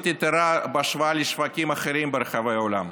יתרה בהשוואה לשווקים אחרים ברחבי העולם.